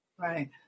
Right